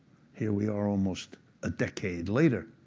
here we are, almost a decade later.